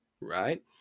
right